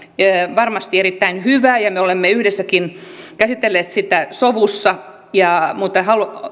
varmasti erittäin hyvä ja me olemme yhdessäkin käsitelleet sitä sovussa mutta